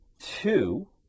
two